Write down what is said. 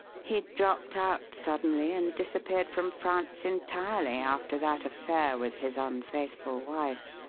he dropped out suddenly and disappeared from france entirely after that affair with his unfaithful wife.